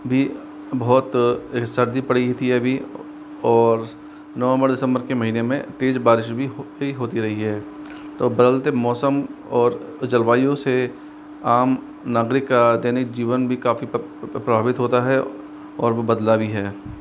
भी बहुत सर्दी पड़ी थी अभी और नवम्बर दिसम्बर के महीने में तेज़ बारिश भी होती रही है तो बदलते मौसम और जलवायु से आम नागरिक का दैनिक जीवन भी काफ़ी प्रभावित होता है और वो बदला भी है